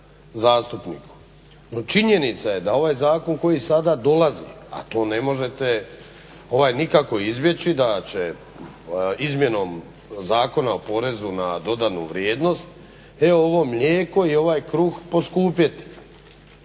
zastupniku. No, činjenica je da ovaj zakon koji sada dolazi, a to ne možete nikako izbjeći da će izmjenom Zakona o porezu na dodanu vrijednost evo ovo mlijeko i ovaj kruh poskupjeti.